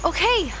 Okay